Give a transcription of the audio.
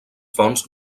fonts